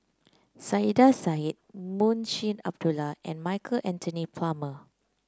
Saiedah Said Munshi Abdullah and Michael Anthony Palmer